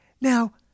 Now